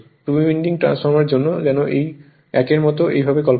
two winding ট্রান্সফরমারের জন্য যেন এই 1 এর মতো এই ভাবে কল্পনা করুন